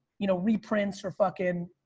you know, reprints or fucking,